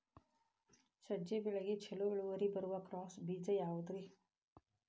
ಸಜ್ಜೆ ಬೆಳೆಗೆ ಛಲೋ ಇಳುವರಿ ಬರುವ ಕ್ರಾಸ್ ಬೇಜ ಯಾವುದ್ರಿ?